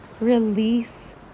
release